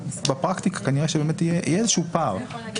בפרקטיקה כנראה שבאמת יהיה איזשהו פער כי